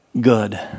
good